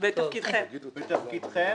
ואת תפקידכם.